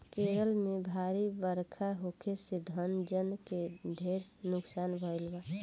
केरल में भारी बरखा होखे से धन जन के ढेर नुकसान भईल बा